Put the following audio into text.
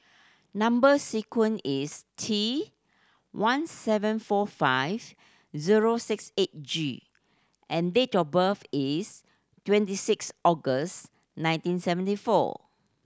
number sequence is T one seven four five zero six eight G and date of birth is twenty six August nineteen seventy four